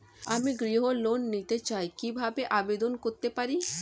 আমি গৃহ ঋণ নিতে চাই কিভাবে আবেদন করতে পারি?